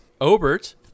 Obert